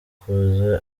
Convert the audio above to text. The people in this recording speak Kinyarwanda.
kuza